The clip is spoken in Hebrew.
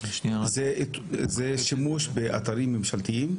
זה שימוש באתרים ממשלתיים?